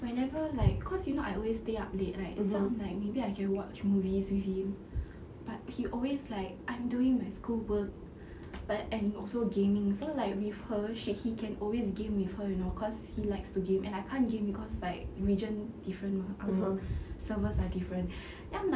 whenever like cause you know I always stay up late right so I'm like maybe I can watch movies with him but he always like I'm doing my schoolwork but and also gaming so like with her she he can always game with her you know cause he likes to game and I can't game cause like region different mah our servers are different then I'm like